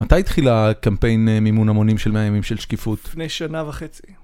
מתי התחיל הקמפיין מימון המונים של מאה ימים של שקיפות? לפני שנה וחצי.